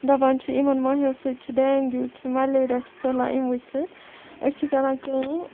دَپان چھِ یِمَن مَہیو سۭتۍ ڈینگیوٗ چھِ مَلیریا چھُ پھٲلان یِموُے سۭتۍ أسۍ چھِ کَران کٲم